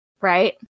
Right